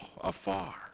afar